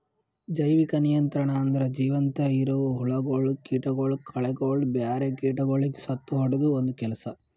ಜೈವಿಕ ನಿಯಂತ್ರಣ ಅಂದುರ್ ಜೀವಂತ ಇರವು ಹುಳಗೊಳ್, ಕೀಟಗೊಳ್, ಕಳೆಗೊಳ್, ಬ್ಯಾರೆ ಕೀಟಗೊಳಿಗ್ ಸತ್ತುಹೊಡೆದು ಒಂದ್ ಕೆಲಸ